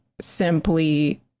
simply